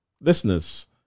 Listeners